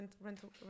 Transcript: rental